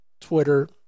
Twitter